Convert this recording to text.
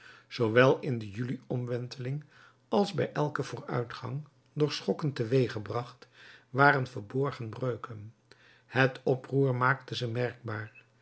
zoowel in de juli omwenteling als bij elken vooruitgang door schokken teweeggebracht waren verborgen breuken het oproer maakte ze merkbaar